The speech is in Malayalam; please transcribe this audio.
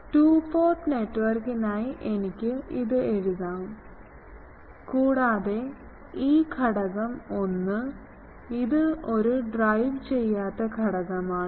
ടൂ പോർട്ട് നെറ്റ്വർക്കിനായി എനിക്ക് ഇത് എഴുതാമോ കൂടാതെ ഈ ഘടകം 1 ഇത് ഒരു ഡ്രൈവ് ചെയ്യാത്ത ഘടകമാണ്